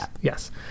yes